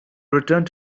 returned